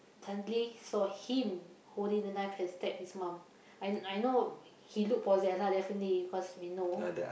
suddenly saw him holding the knife and stab his mum I I know he look possess lah definitely cause we know